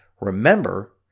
Remember